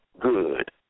good